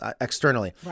externally